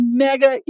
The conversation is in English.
mega